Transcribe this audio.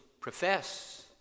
profess